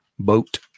boat